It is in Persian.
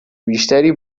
بیشتری